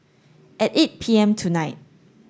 at eight P M tonight